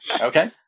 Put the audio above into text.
Okay